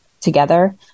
together